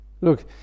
Look